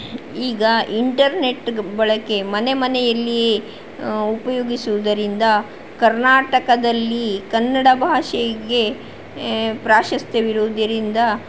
ಈಗ ಇಂಟರ್ನೆಟ್ ಬಳಕೆ ಮನೆ ಮನೆಯಲ್ಲಿಯೆ ಉಪಯೋಗಿಸುವುದರಿಂದ ಕರ್ನಾಟಕದಲ್ಲಿ ಕನ್ನಡ ಭಾಷೆಗೆ ಪ್ರಾಶಸ್ತ್ಯವಿರುವುದರಿಂದ